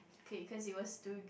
K so it was too good